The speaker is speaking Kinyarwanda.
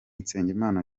nsengimana